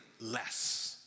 less